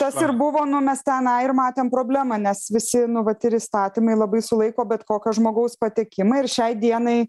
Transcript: tas ir buvo nu mes tenai ir matėm problemą nes visi nu vat ir įstatymai labai sulaiko bet kokio žmogaus patekimą ir šiai dienai